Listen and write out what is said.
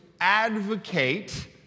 advocate